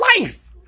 life